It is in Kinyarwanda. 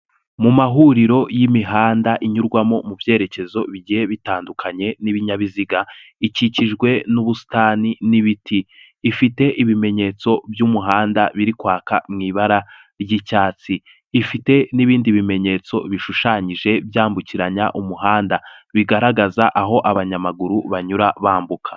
Mu mahuriro y'imihanda inyurwamo mu byerekezo bigiye bitandukanye n'ibinyabiziga, ikikijwe n'ubusitani n'ibiti, ifite ibimenyetso by'umuhanda biri kwaka mu ibara ry'icyatsi, ifite n'ibindi bimenyetso bishushanyije byambukiranya umuhanda, bigaragaza aho abanyamaguru banyura bambuka.